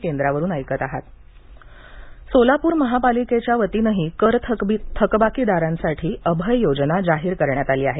अभय सोलापूर सोलापूर महानगरपालिकेच्या वतीनंही कर थकबाकीदारांसाठी अभय योजना जाहीर करण्यात आली आहे